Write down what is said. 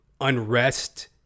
unrest